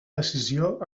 decisió